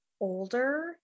older